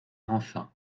enfin